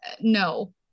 No